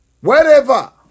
wherever